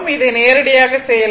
இதை நேரடியாக செய்யலாம்